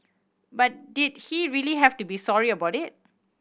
but did he really have to be sorry about it